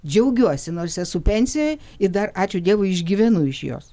džiaugiuosi nors esu pensijoj ir dar ačiū dievui išgyvenu iš jos